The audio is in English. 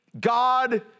God